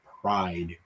Pride